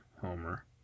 Homer